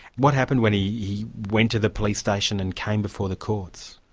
what happened when he went to the police station and came before the courts?